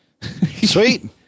Sweet